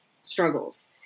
struggles